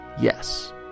Yes